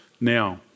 Now